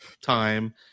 time